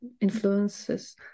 influences